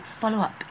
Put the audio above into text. follow-up